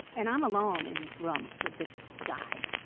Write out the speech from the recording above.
and i'm alone in this room with this guy.